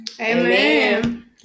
Amen